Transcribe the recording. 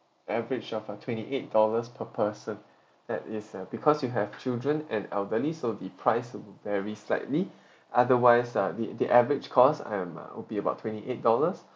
average of uh twenty eight dollars per person that is uh because you have children and elderly so the price will vary slightly otherwise uh the the average cost I am uh would be about twenty eight dollars